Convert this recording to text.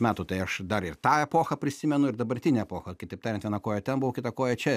metų tai aš dar ir tą epochą prisimenu ir dabartinę epochą kitaip tariant viena koja ten buvau kita koja čia